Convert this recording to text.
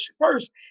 first